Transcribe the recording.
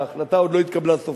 ההחלטה עוד לא התקבלה סופית.